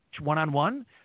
one-on-one